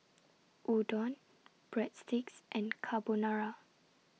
Udon Breadsticks and Carbonara